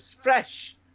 fresh